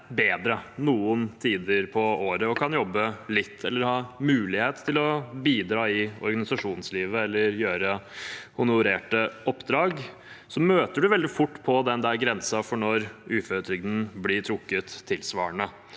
bedre noen tider på året og kan jobbe litt, eller ha mulighet til å bidra i organisasjonslivet eller ta honorerte oppdrag, møter man veldig fort på grensen for når uføretrygden blir trukket tilsvarende.